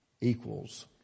equals